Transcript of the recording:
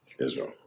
Israel